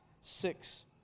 six